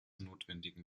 notwendigen